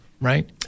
right